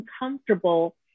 uncomfortable